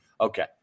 Okay